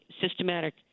systematic